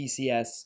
PCS